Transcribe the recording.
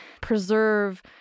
preserve